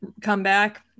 comeback